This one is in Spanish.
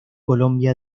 colombia